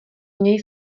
měj